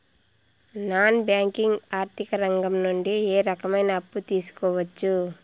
Non banking ఆర్థిక రంగం నుండి ఏ రకమైన అప్పు తీసుకోవచ్చు?